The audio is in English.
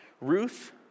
Ruth